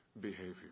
behavior